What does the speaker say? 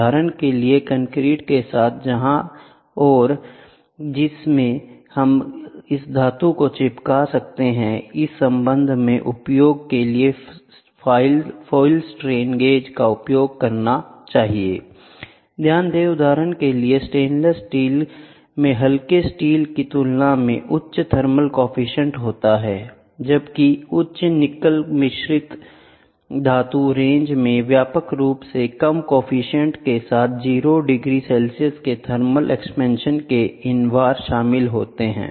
उदाहरण के लिए कंक्रीट के साथ जहां और जिससे हम इस धातु को चिपका सकते हैं इस संबंध में उपयोग के लिए फ़ॉइल स्ट्रेन गेज का उपयोग करना चाहिएI ध्यान दें उदाहरण के लिए स्टेनलेस स्टील में हल्के स्टील की तुलना में उच्च थर्मल कोऑफिशिएंट होता है जबकि उच्च निकल मिश्र धातु रेंज में व्यापक रूप से कम कोऑफिशिएंट के साथ 0 डिग्री सेल्सियस के थर्मल एक्सपेंशन के इन्वार शामिल होता है